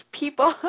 people